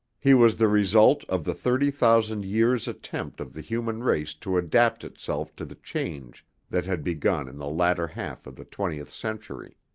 he was the result of the thirty thousand years' attempt of the human race to adapt itself to the change that had begun in the latter half of the twentieth century.